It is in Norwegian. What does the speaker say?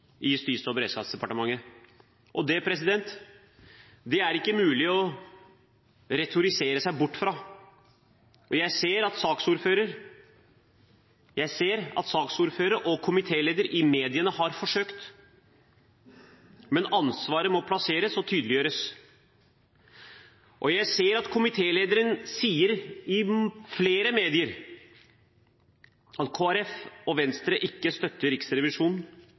Justis- og beredskapsdepartementet under Grete Faremo. Det er det ikke mulig å retorisere seg bort fra. Jeg ser at saksordføreren og komitélederen har forsøkt i mediene, men ansvaret må plasseres og tydeliggjøres. Jeg ser at komitélederen sier i flere medier at Kristelig Folkeparti og Venstre ikke støtter Riksrevisjonen